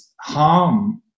harm